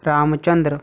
Ramchandra